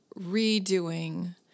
redoing